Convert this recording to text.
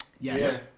Yes